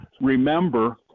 remember